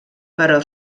però